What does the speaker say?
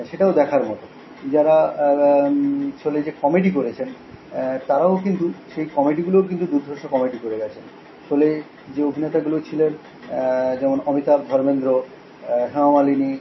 সেটাও দেখার মতো যারা শোলে যে কমেডি করেছে তারাও কিন্তু সেই কমেডিগুলোও কিন্তু দুর্ধর্ষ কমেডি করে গেছে শোলে যে অভিনেতাগুলো ছিলেন যেমন অমিতাভ ধর্মেন্দ্র হেমা মালিনী